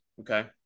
Okay